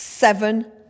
seven